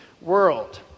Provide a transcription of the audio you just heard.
world